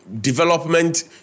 development